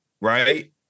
right